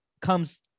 comes